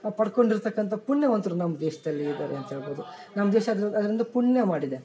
ಪಡ್ಕೊಂಡು ಇರ್ತಕ್ಕಂಥ ಪುಣ್ಯವಂತರು ನಮ್ಮ ದೇಶದಲ್ಲಿ ಇದ್ದಾರೆ ಅಂತ ಹೇಳ್ಬೌದು ನಮ್ಮ ದೇಶ ಅದು ಅದೊಂದು ಪುಣ್ಯ ಮಾಡಿದೆ